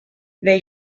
they